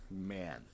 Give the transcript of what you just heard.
man